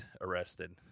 arrested